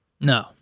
No